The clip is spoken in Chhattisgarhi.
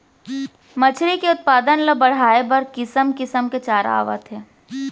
मछरी के उत्पादन ल बड़हाए बर किसम किसम के चारा आवत हे